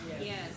Yes